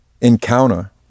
encounter